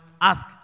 ask